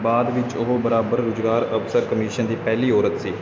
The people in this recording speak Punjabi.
ਬਾਅਦ ਵਿੱਚ ਉਹ ਬਰਾਬਰ ਰੁਜ਼ਗਾਰ ਅਵਸਰ ਕਮਿਸ਼ਨ ਦੀ ਪਹਿਲੀ ਔਰਤ ਸੀ